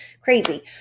Crazy